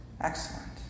Excellent